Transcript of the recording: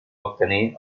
obtenir